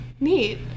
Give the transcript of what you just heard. neat